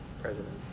president